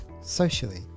socially